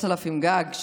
3,000 גג,